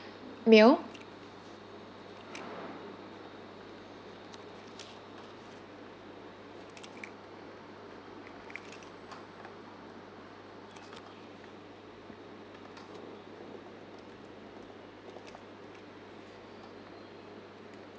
meal